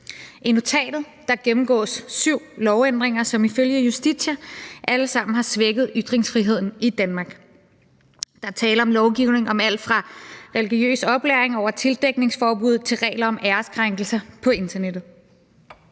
I notatet gennemgås syv lovændringer, som ifølge Justitia alle sammen har svækket ytringsfriheden i Danmark. Der er tale om lovgivning om alt fra religiøs oplæring over tildækningsforbuddet til regler om æreskrænkelser på internettet.